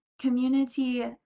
community